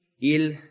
Il